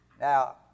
Now